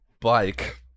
bike